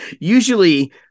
Usually